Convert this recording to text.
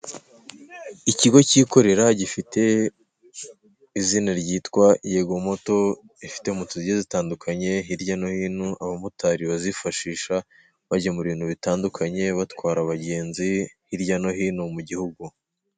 Ikigo kikorera gifite izina ryitwa yegomoto, gifite moto zigiye zitandukanye hirya no hino abamotari bazifashisha bagemura ibintu bitandukanye, batwara abagenzi, hirya no hino mu gihugu.